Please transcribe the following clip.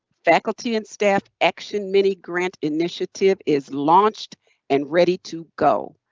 faculty and staff action mini grant initiative is launched and ready to go.